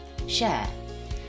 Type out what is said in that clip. Share